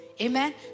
Amen